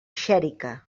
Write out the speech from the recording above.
xèrica